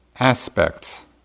aspects